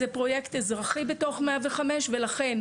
זה פרויקט אזרחי בתוך 105. ולכן,